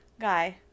Guy